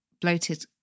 bloated